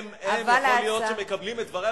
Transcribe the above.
הם אלה שיכול להיות שמקבלים את דברי,